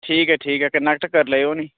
ठीक ऐ ठीक ऐ कनैक्ट करी लैएओ नी